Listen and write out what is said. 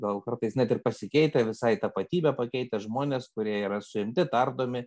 gal kartais net ir pasikeitę visai tapatybę pakeitę žmonės kurie yra suimti tardomi